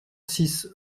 six